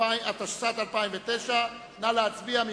התשס”ט 2009, נא להצביע.